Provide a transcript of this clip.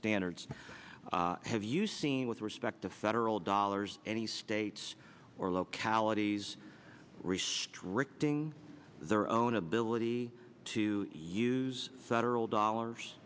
standards have you seen with respect to federal dollars any states or localities restricting their own ability to use several